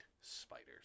spiders